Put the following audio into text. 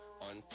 on